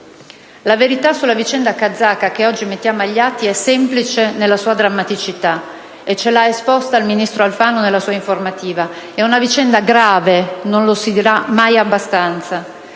La verità sulla vicenda kazaka che oggi mettiamo agli atti è semplice nella sua drammaticità e ce l'ha esposta il ministro Alfano nella sua informativa. È una vicenda grave - non lo si dirà mai abbastanza